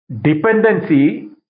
dependency